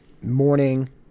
morning